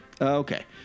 Okay